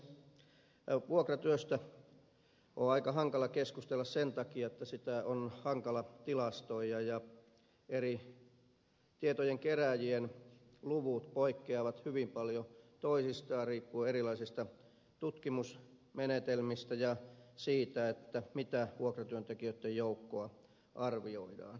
vuokratyöstä on aika hankala keskustella sen takia että sitä on hankala tilastoida ja eri tietojen kerääjien luvut poikkeavat hyvin paljon toisistaan riippuen erilaisista tutkimusmenetelmistä ja siitä mitä vuokratyöntekijöitten joukkoa arvioidaan